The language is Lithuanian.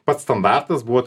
pats standartas buvo